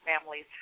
families